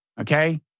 Okay